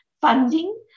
funding